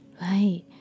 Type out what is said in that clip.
Right